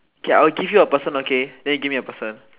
okay I will give you a person okay than you give me a person